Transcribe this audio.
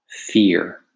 Fear